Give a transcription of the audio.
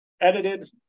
edited